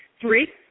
Three